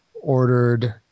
ordered